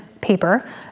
paper